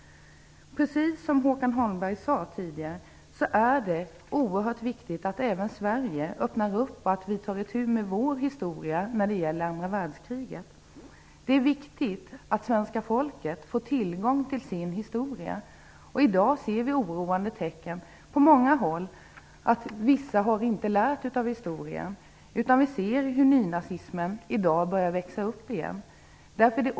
Precis som Håkan Holmberg sade tidigare är det oerhört viktigt att vi även i Sverige tar itu med vår historia när det gäller andra världskriget. Det är viktigt att svenska folket får tillgång till sin historia. I dag ser vi på många håll oroande tecken på att vissa inte har lärt av historien. Vi ser hur nynazismen börjar växa upp.